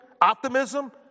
optimism